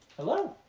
hello.